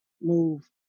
move